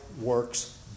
works